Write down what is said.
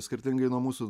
skirtingai nuo mūsų